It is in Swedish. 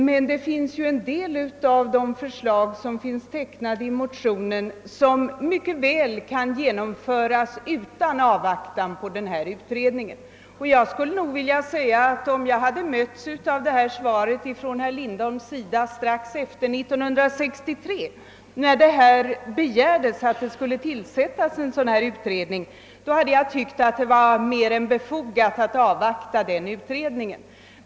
Men en del av de förslag som finns tecknade i motionen kunde mycket väl genomföras utan avvaktan på utredningens resultat. Om jag hade mötts av detta svar från herr Lindholm efter 1963, när vårt förslag gjordes om tillsättande av en utredning, hade jag tyckt att det varit mer än befogat att avvakta en sådan utredning.